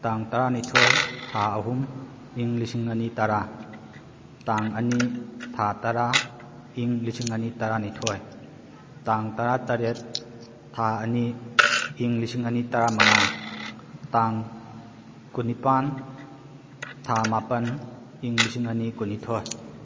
ꯇꯥꯡ ꯇꯔꯥꯅꯤꯊꯣꯏ ꯊꯥ ꯑꯍꯨꯝ ꯏꯪ ꯂꯤꯁꯤꯡ ꯑꯅꯤ ꯇꯔꯥ ꯇꯥꯡ ꯑꯅꯤ ꯊꯥ ꯇꯔꯥ ꯏꯪ ꯂꯤꯁꯤꯡ ꯑꯅꯤ ꯇꯔꯥꯅꯤꯊꯣꯏ ꯇꯥꯡ ꯇꯔꯥꯇꯔꯦꯠ ꯊꯥ ꯑꯅꯤ ꯏꯪ ꯂꯤꯁꯤꯡ ꯑꯅꯤ ꯇꯔꯥꯃꯉꯥ ꯇꯥꯡ ꯀꯨꯟꯅꯤꯄꯥꯟꯜ ꯊꯥ ꯃꯥꯄꯜ ꯏꯪ ꯂꯤꯁꯤꯡ ꯑꯅꯤ ꯀꯨꯟꯅꯤꯊꯣꯏ